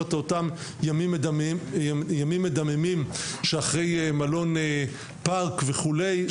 את אותם ימים מדממים שאחרי הפיגוע במלון פארק וכולי,